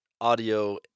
audio